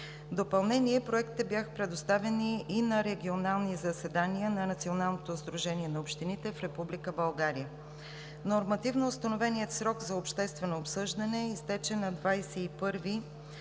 допълнение проектите бяха предоставени и на регионални заседания на Националното сдружение на общините в Република България. Нормативно установеният срок за обществено обсъждане изтече на 21